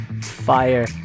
fire